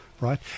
right